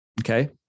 Okay